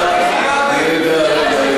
רגע,